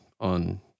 On